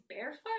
barefoot